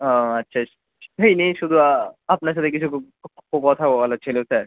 ও আচ্ছা সেই নিয়েই শুধু আপনার সাথে কিছু কথা বলার ছিলো স্যার